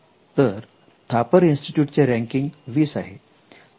तर थापर इन्स्टिट्यूट चे रँकिंग 20 आहे